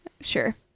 sure